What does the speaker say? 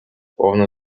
повну